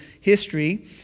history